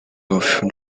option